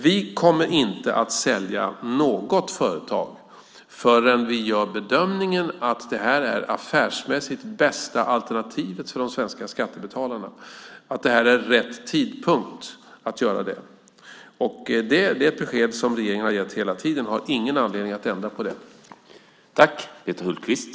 Vi kommer inte att sälja något företag förrän vi gör bedömningen att det är det affärsmässigt bästa alternativet för de svenska skattebetalarna och att det är rätt tidpunkt att göra det. Det är ett besked som regeringen har gett hela tiden och det finns ingen anledning att ändra på det.